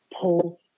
Pull